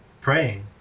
praying